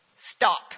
STOP